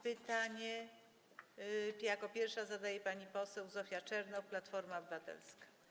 Pytanie jako pierwsza zadaje pani poseł Zofia Czernow, Platforma Obywatelska.